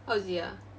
what was it ah